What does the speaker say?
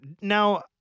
Now